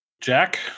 Jack